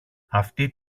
αυτή